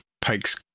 Pike's